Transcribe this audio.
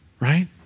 Right